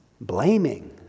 blaming